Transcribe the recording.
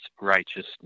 righteousness